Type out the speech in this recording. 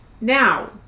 Now